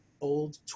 old